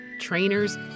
trainers